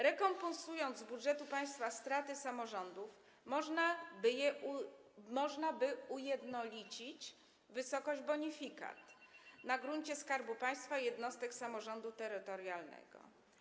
Rekompensując z budżetu państwa straty samorządów, można by ujednolicić wysokość bonifikat na gruncie Skarbu Państwa i jednostek samorządu terytorialnego.